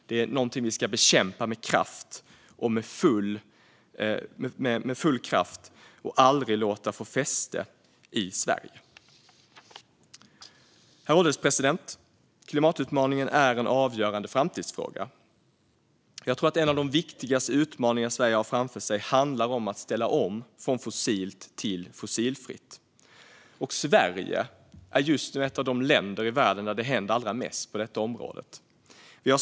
Det är någonting som vi ska bekämpa med full kraft och som vi aldrig ska låta få fäste i Sverige. Herr ålderspresident! Klimatutmaningen är en avgörande framtidsfråga. En av de viktigaste utmaningarna som Sverige har framför sig handlar om att ställa om från fossilt till fossilfritt, och Sverige är just nu ett av de länder i världen där det händer allra mest på det området.